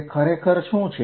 તે ખરેખર છે